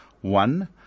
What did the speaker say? One